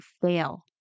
fail